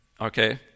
Okay